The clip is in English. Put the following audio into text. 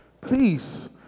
Please